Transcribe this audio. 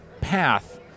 path